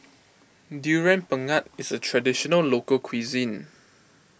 Durian Pengat is a Traditional Local Cuisine